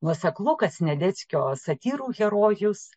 nuoseklu kad sniadeckio satyrų herojus